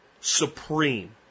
supreme